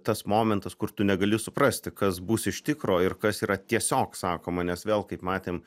tas momentas kur tu negali suprasti kas bus iš tikro ir kas yra tiesiog sakoma nes vėl kaip matėm